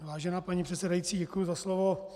Vážená paní předsedající, děkuji za slovo.